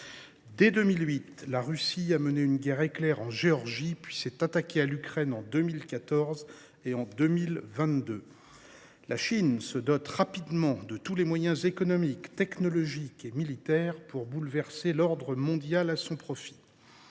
Dès 2008, la Russie a mené une guerre éclair en Géorgie, puis s’est attaquée à l’Ukraine en 2014 et 2022. La Chine se dote rapidement de tous les moyens économiques, technologiques et militaires pour bouleverser l’ordre mondial à son profit.